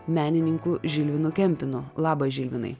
menininku žilvinu kempinu labas žilvinai